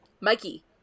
Mikey